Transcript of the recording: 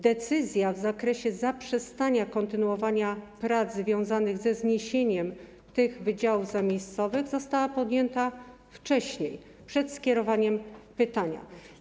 Decyzja w zakresie zaprzestania kontynuowania prac związanych ze zniesieniem tych wydziałów zamiejscowych została podjęta wcześniej, przed skierowaniem pytania.